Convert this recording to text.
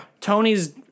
Tony's